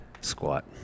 Squat